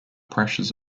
pressures